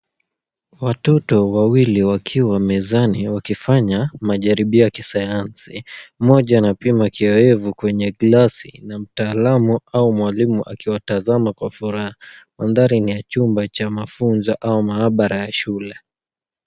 Watoto wawili wakiwa mezani wakifanya majaribio ya kisayansi. Mmoja anapima kiowevu kwenye glasi na mtaalamu au mwalimu akiwatazama kwa furaha. Mandhari ni ya chumba cha mafunzo au maabara ya shule.